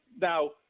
Now